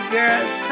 Girls